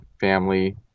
family